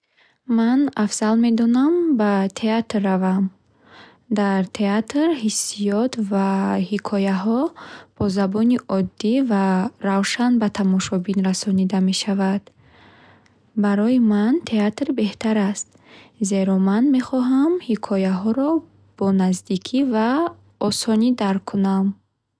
Ман афзал медонам ба театр равам. Дар театр ҳиссиёт ва ҳикояҳо бо забони оддӣ ва равшан ба тамошобин расонида мешавад. Барои ман театр беҳтар аст, зеро ман мехоҳам ҳикояҳоро бо наздикӣ ва осонӣ дарк кунам.